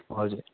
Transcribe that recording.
हजुर